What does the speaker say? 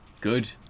Good